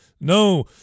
no